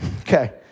Okay